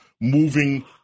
moving